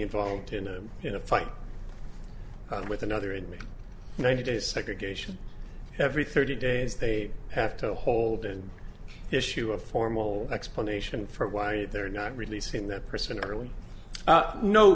involved in a fight with another inmate ninety days segregation every thirty days they have to hold and issue a formal explanation for why they're not releasing that person early